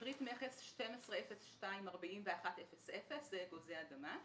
פריט מכס 12-024100, אגוזי אדמה.